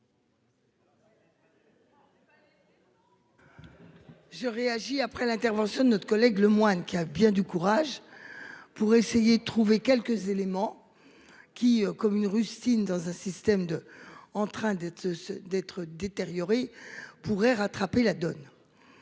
J'ai réagi après l'intervention de notre collègue Lemoine qui a bien du courage. Pour essayer de trouver quelques éléments. Qui comme une rustine dans un système de, en train de se se d'être détérioré pourrait rattraper la donne.